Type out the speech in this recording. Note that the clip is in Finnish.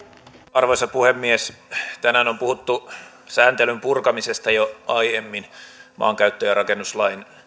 arvoisa puhemies tänään on puhuttu sääntelyn purkamisesta jo aiemmin maankäyttö ja rakennuslain